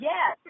Yes